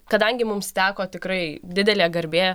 kadangi mums teko tikrai didelė garbė